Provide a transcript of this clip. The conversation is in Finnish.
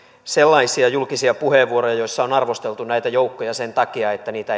sellaisia julkisia puheenvuoroja joissa on arvosteltu näitä joukkoja sen takia että niitä